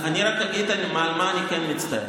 אני רק אגיד על מה אני כן מצטער.